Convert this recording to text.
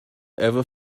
ever